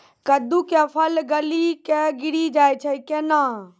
कददु के फल गली कऽ गिरी जाय छै कैने?